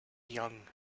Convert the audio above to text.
young